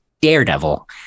daredevil